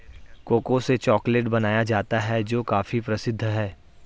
cocoa से chocolate बनाया जाता है जो काफी प्रसिद्ध है